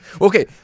Okay